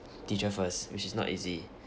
teacher first which is not easy